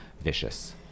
vicious